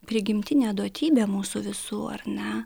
prigimtinė duotybė mūsų visų ar ne